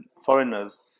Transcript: foreigners